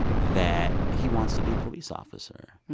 that he wants to be a police officer.